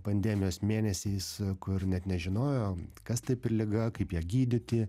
pandemijos mėnesiais kur net nežinojom kas tai per liga kaip ją gydyti